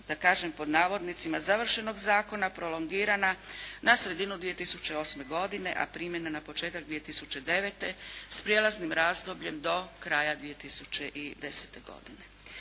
da kažem pod navodnicima završenog zakona prolongirana na sredinu 2008. godine, a primjena na početak 2009. s prijelaznim razdobljem do kraja 2010. godine.